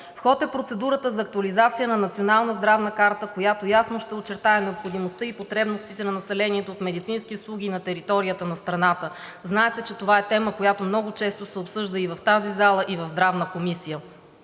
В ход е процедурата за актуализация на Национална здравна карта, която ясно ще очертае необходимостта и потребностите на населението от медицински услуги на територията на страната. Знаете, че това е тема, която много често се обсъжда и в тази зала, и в Здравната комисия.